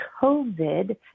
COVID